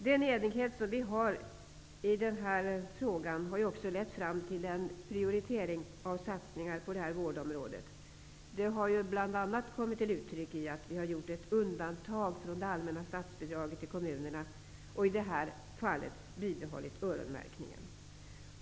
Den enighet som vi har i den här frågan har också lett fram till en prioritering av satsningar på detta vårdområde. Det har bl.a. kommit till uttryck i att vi gjort undantag när det gäller det allmänna statsbidraget till kommunerna med att i det här fallet bibehålla öronmärkningen.